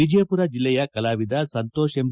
ವಿಜಯಮರ ಜಿಲ್ಲೆಯ ಕಲಾವಿದ ಸಂತೋಷ್ ಎಂ